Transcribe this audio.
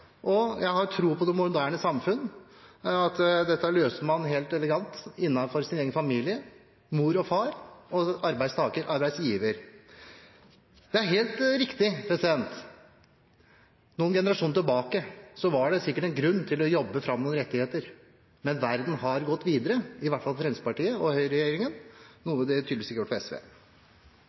Jeg har tro på det moderne samfunn, på at man løser dette helt elegant innenfor sin egen familie – mor og far – og mellom arbeidstaker og arbeidsgiver. Det er helt riktig at det for noen generasjoner siden sikkert var en grunn til å jobbe fram noen rettigheter. Men verden har gått videre – i hvert fall Høyre–Fremskrittsparti-regjeringen – noe den tydeligvis ikke har gjort for SV.